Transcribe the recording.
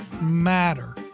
Matter